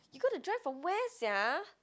you gotta drive from where sia